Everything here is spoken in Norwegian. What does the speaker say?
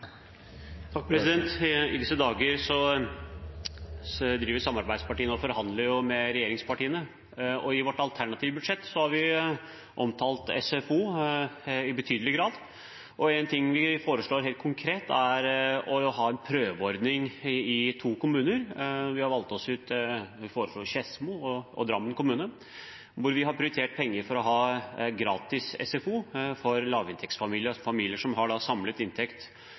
I disse dager driver samarbeidspartiene og forhandler med regjeringspartiene, og i Venstres alternative budsjett har vi omtalt SFO i betydelig grad, og en helt konkret ting vi foreslår, er å ha en prøveordning i to kommuner. Vi foreslår Skedsmo og Drammen, hvor vi har prioritert penger for å ha gratis SFO for lavinntektsfamilier, altså familier som har en samlet inntekt